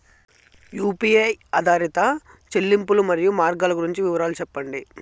UPI ఆధారిత చెల్లింపులు, మరియు మార్గాలు గురించి వివరాలు సెప్పండి?